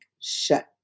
shut